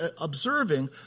observing